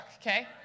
okay